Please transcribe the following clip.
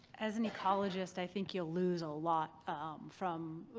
as an ecologist, i think you'll lose a lot from.